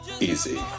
easy